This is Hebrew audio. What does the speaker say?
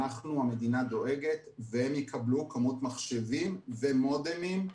המדינה דואגת והם יקבלו כמות מחשבים ומודמים.